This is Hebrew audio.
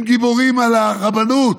הם גיבורים על הרבנות,